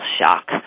shock